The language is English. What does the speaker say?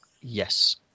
Yes